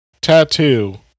tattoo